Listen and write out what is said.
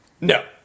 No